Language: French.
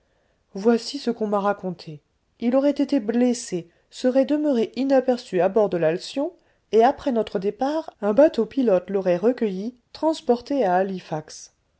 voici ce qu'on m'a raconté il aurait été blessé serait demeuré inaperçu à bord de l'alcyon et après notre départ un bateau pilote l'aurait recueilli transporté à halifax